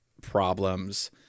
problems